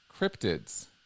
Cryptids